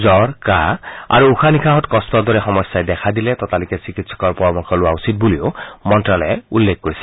জ্বৰ কাহ আৰু উশাহ নিশাহত কষ্টৰ দৰে সমস্যাই দেখা দিলে ততালিকে চিকিৎসকৰ পৰামৰ্শ লোৱা উচিত বুলিও মন্তালয়ে উল্লেখ কৰিছে